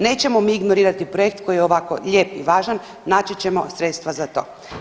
Nećemo mi ignorirati projekt koji je ovako lijep i važan, naći ćemo sredstva za to.